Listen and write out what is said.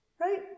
Right